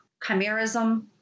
chimerism